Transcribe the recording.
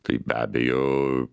tai be abejo